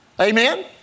amen